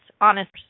honest